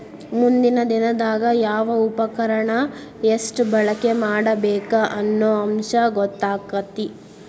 ಮುಂದಿನ ದಿನದಾಗ ಯಾವ ಉಪಕರಣಾನ ಎಷ್ಟ ಬಳಕೆ ಮಾಡಬೇಕ ಅನ್ನು ಅಂಶ ಗೊತ್ತಕ್ಕತಿ